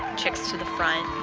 chicks to the front.